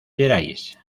gerais